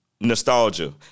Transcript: nostalgia